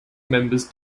members